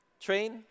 train